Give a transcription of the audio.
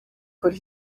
could